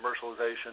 commercialization